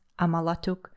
Amalatuk